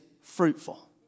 fruitful